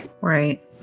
right